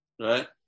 right